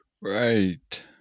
Right